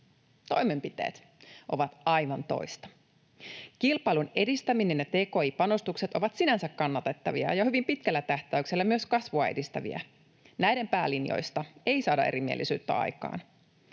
Toimenpiteet ovat aivan toista. Kilpailun edistäminen ja tki-panostukset ovat sinänsä kannatettavia ja hyvin pitkällä tähtäyksellä myös kasvua edistäviä — näiden päälinjoista ei saada erimielisyyttä aikaan.